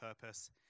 purpose